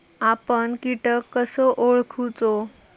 आपन कीटक कसो ओळखूचो?